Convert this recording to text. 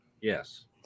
Yes